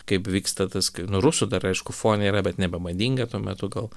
kaip vyksta tas nu rusų dar aišku fone yra bet nebemadinga tuo metu gal